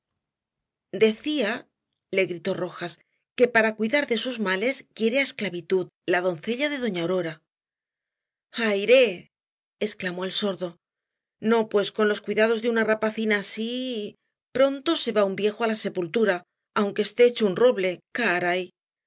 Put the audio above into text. decía le gritó rojas que para cuidar de sus males quiere á esclavitud la doncella de doña aurora aire exclamó el sordo no pues con los cuidados de una rapacina así pronto se va un viejo á la sepultura aunque esté hecho un roble